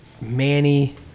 Manny